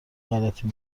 غلطی